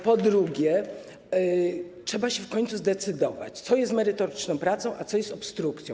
Po drugie, trzeba się w końcu zdecydować, co jest merytoryczną pracą, a co jest obstrukcją.